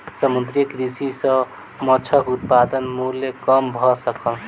समुद्रीय कृषि सॅ माँछक उत्पादन मूल्य कम भ सकल